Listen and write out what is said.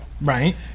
right